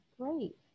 Great